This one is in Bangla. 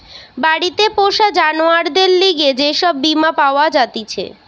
বাড়িতে পোষা জানোয়ারদের লিগে যে সব বীমা পাওয়া জাতিছে